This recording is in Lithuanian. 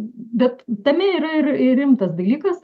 bet tame yra ir ir rimtas dalykas